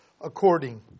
according